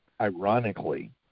ironically